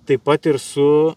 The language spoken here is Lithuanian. taip pat ir su